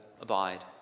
abide